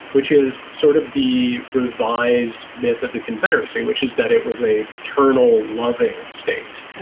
which is sort of the revised myth of the confederacy, which is that it was a paternal loving state.